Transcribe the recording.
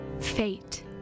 Fate